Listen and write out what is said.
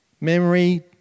Memory